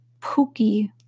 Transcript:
pooky